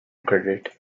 credit